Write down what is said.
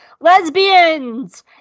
lesbians